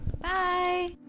bye